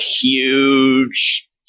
huge